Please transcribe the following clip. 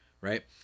Right